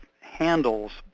handles